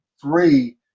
three